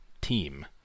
team